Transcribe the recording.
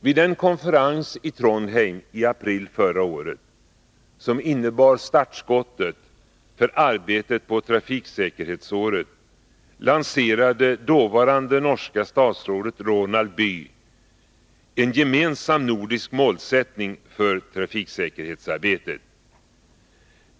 Vid den konferens i Trondheim i april förra året, som innebar startskottet för arbetet på trafiksäkerhetsåret, lanserade dåvarande norska statsrådet Ronald Bye en gemensam nordisk målsättning för trafiksäkerhetsarbetet.